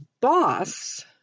boss